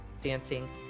dancing